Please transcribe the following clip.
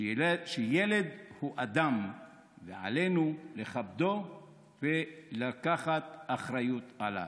שילד הוא אדם ועלינו לכבדו ולקחת אחריות עליו.